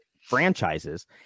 franchises